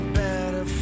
better